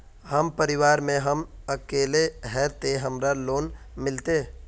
हम परिवार में हम अकेले है ते हमरा लोन मिलते?